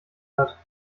hat